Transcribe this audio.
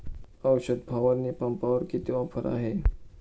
औषध फवारणी पंपावर किती ऑफर आहे?